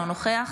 אינו נוכח